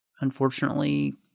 unfortunately